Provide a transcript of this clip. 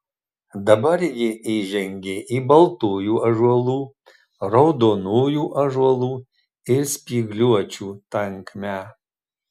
dabar ji įžengė į baltųjų ąžuolų raudonųjų ąžuolų ir spygliuočių tankmę